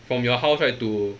from your house right to